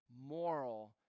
moral